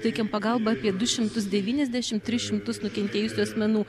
teikiam pagalbą apie du šimtus devyniasdešimt tris šimtus nukentėjusių asmenų